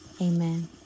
amen